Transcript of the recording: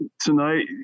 tonight